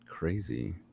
Crazy